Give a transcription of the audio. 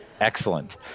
Excellent